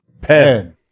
PEN